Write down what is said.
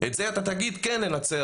את זה אתה תגיד כן לנצרת,